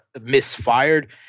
misfired –